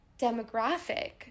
demographic